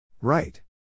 Right